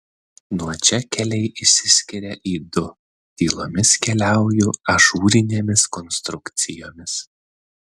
nuo čia keliai išsiskiria į du tylomis keliauju ažūrinėmis konstrukcijomis